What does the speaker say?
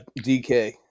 DK